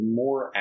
more